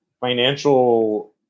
financial